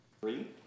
Three